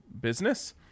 business